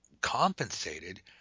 compensated